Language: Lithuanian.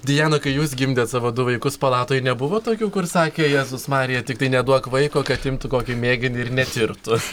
diana kai jūs gimdėt savo du vaikus palatoj nebuvo tokių kur sakė jėzus marija tiktai neduok vaiko kad imtų kokį mėginį ir netirtų